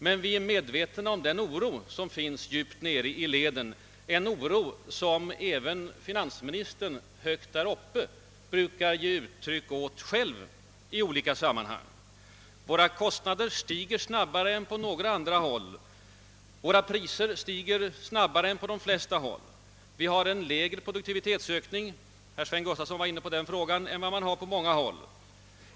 Men vi är medvetna om den oro som finns djupt nere i leden, en oro som finansministern själv, högt där uppe, brukar ge uttryck för i olika sammanhang. Våra kostnader stiger mera än på andra håll, våra priser snabbare än på de flesta håll. Vi har en lägre produktivitetsökning — herr Gustafson i Göteborg var inne på den saken — än vad man har på många håll.